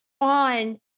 on